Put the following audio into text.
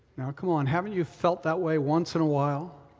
now come on, haven't you felt that way once in a while,